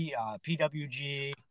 PWG